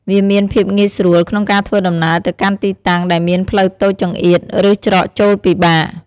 វាមានភាពងាយស្រួលក្នុងការធ្វើដំណើរទៅកាន់ទីតាំងដែលមានផ្លូវតូចចង្អៀតឬច្រកចូលពិបាក។